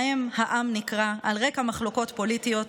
שבהם העם נקרע על רקע מחלוקות פוליטיות